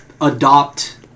adopt